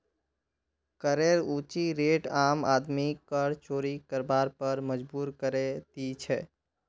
करेर ऊँची रेट आम आदमीक कर चोरी करवार पर मजबूर करे दी छे